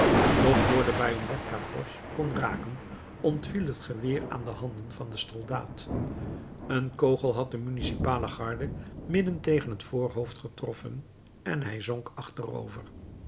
doch vr de bajonnet gavroche kon raken ontviel het geweer aan de handen van den soldaat een kogel had den municipalen garde midden tegen t voorhoofd getroffen en hij zonk achterover